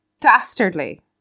Dastardly